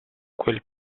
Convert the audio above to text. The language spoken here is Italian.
quel